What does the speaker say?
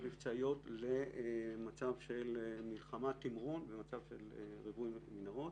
מבצעיות למצב של מלחמה/תמרון ומצב של ריבוי מנהרות.